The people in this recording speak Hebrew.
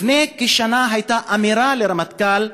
לפני כשנה הייתה אמירה לרמטכ"ל,